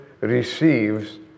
receives